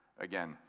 Again